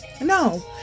No